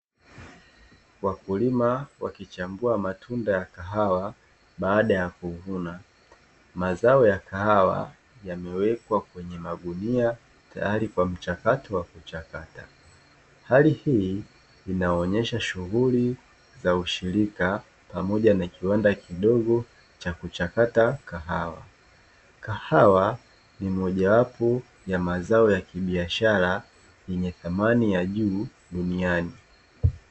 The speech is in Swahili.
Wakulima wakichagua matunda ya kahawa baada ya kuvuna. Mazao ya kahawa yamewekwa kwenye magunia tayari kwa mchakato wa kuchakata, hali hiyo inaonyesha shughuli za ushirika pamoja na kilimo